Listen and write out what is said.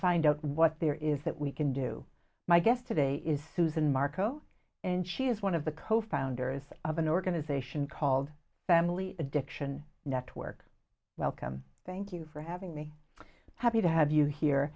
find out what there is that we can do my guest today is susan marco and she is one of the co founders of an organization called family addiction network welcome thank you for having me happy to have you here